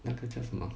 那个叫什么